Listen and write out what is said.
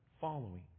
following